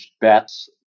bets